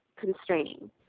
constraining